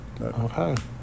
Okay